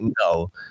no